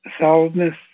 solidness